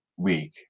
week